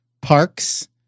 Parks